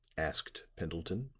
asked pendleton.